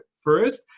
first